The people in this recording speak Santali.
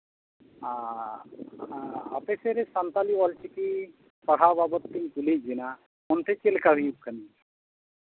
ᱟᱯᱮ ᱥᱮᱫ ᱨᱮ ᱥᱟᱱᱛᱟᱲᱤ ᱚᱞ ᱪᱤᱠᱤ ᱯᱟᱲᱦᱟᱣ ᱵᱟᱵᱚᱱ ᱛᱤᱧ ᱠᱩᱞᱤᱭᱮᱫ ᱵᱤᱱᱟ ᱚᱱᱛᱮ ᱪᱮᱫ ᱞᱮᱠᱟ ᱦᱩᱭᱩᱜ ᱠᱟᱱᱟ